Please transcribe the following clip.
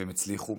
והם הצליחו.